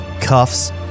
cuffs